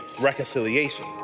reconciliation